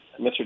Mr